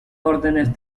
órdenes